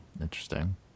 Interesting